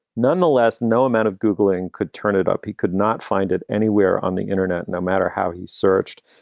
nonetheless, no amount of googling could turn it up. he could not find it anywhere on the internet. no matter how he searched.